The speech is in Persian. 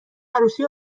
عروسی